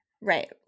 Right